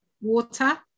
water